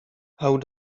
how